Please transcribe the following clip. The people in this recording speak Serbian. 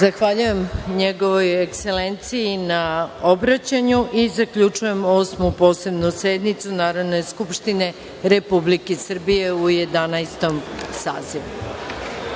Zahvaljujem NJegovoj Ekselenciji na obraćanju. Zaključujem Osmu Posebnu sednicu Narodne skupštine Republike Srbije u Jedanaestom